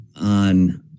on